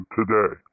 today